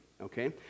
Okay